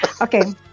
Okay